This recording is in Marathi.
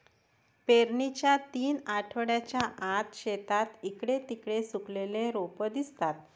पेरणीच्या तीन आठवड्यांच्या आत, शेतात इकडे तिकडे सुकलेली रोपे दिसतात